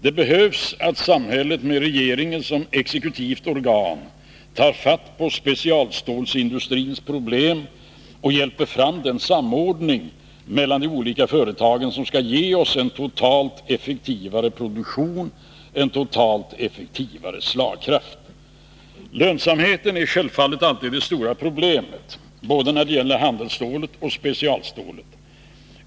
Det behövs att samhället med regeringen som exekutivt organ tar fatt på specialstålsindustrins problem och hjälper fram den samordning mellan de olika företagen som skall ge oss en totalt effektivare produktion och starkare slagkraft. Lönsamheten är självfallet alltid det stora problemet både när det gäller handelsstålet och specialstålet.